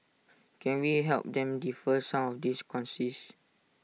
can we help them defer some of these costs